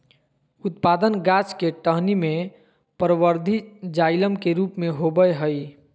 उत्पादन गाछ के टहनी में परवर्धी जाइलम के रूप में होबय हइ